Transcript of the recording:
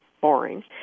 boring